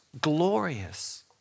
glorious